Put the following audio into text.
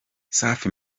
safi